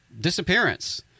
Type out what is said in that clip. disappearance